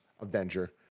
Avenger